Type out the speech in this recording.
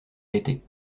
d’été